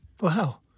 Wow